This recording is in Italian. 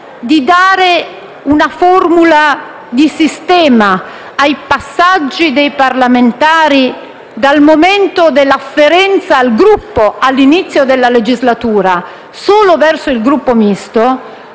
di dare una formula di sistema ai passaggi dei parlamentari dal momento dell'afferenza al Gruppo all'inizio della legislatura solo verso il Gruppo Misto,